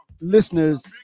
listeners